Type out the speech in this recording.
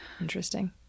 Interesting